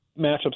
matchups